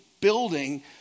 building